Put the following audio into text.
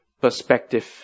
perspective